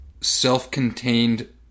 self-contained